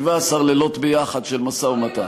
17 לילות יחד, של משא-ומתן.